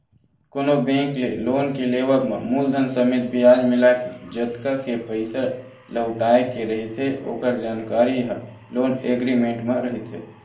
कोनो बेंक ले लोन के लेवब म मूलधन समेत बियाज मिलाके जतका के पइसा लहुटाय के रहिथे ओखर जानकारी ह लोन एग्रीमेंट म रहिथे